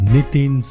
Nitin